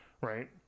Right